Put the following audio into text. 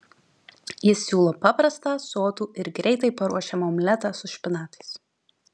jis siūlo paprastą sotų ir greitai paruošiamą omletą su špinatais